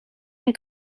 een